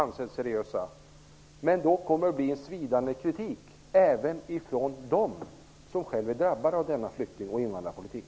Men det kommer då att bli svidande kritik även från dem som själva är drabbade av denna flykting och invandrarpolitik.